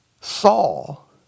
Saul